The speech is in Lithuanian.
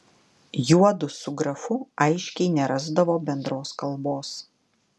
juodu su grafu aiškiai nerasdavo bendros kalbos